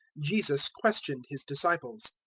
jesus questioned his disciples.